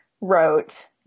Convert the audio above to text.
wrote